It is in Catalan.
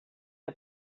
que